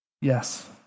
Yes